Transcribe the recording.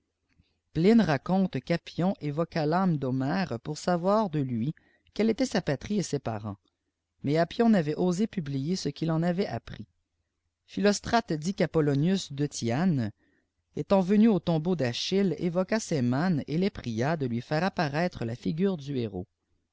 pline raconte qu'appion évoqua l'âme d'homère pour savoir de lui uelle était sa patrie et ses parents mais âppion n'avait osé publier ce qu'il en avait appris philostrate dit qu'apollonius de thyanes étant venu au tomheau d'achille évoqua ses mânes et les pria de lui faire apparaître la figure du héros